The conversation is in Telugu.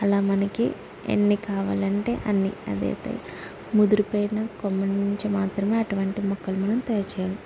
అలా మనకి ఎన్ని కావాలంటే అన్ని అదైతే ముదురు పోయిన కొమ్మల నుంచి మాత్రమే అటువంటి మొక్కలను మనం తయారు చేయాలి